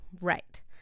Right